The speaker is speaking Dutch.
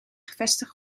gevestigd